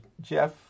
Jeff